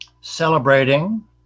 celebrating